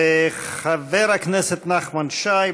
חבר הכנסת נחמן שי,